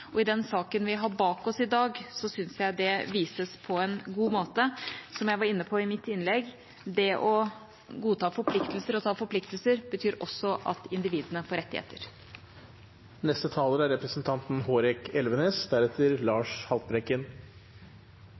I den saken vi har bak oss i dag, syns jeg det vises på en god måte. Som jeg var inne på i mitt innlegg: Det å godta forpliktelser og å ta forpliktelser betyr også at individene får rettigheter. Representanten Kolberg sa i sitt innlegg at det er